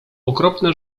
okropne